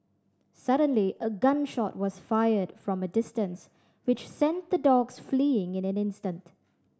suddenly a gun shot was fired from a distance which sent the dogs fleeing in an instant